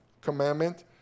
commandment